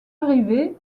arrivée